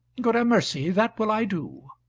gramercy, that will i do.